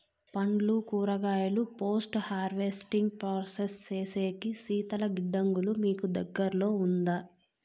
పండ్లు కూరగాయలు post harvesting process సేసేకి శీతల గిడ్డంగులు మీకు దగ్గర్లో ఉందా?